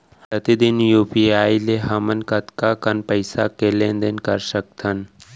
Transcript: प्रतिदन यू.पी.आई ले हमन कतका कन पइसा के लेन देन ल कर सकथन?